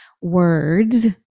words